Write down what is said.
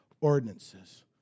ordinances